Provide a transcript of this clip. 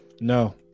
No